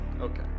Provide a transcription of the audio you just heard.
okay